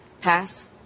pass